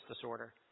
disorder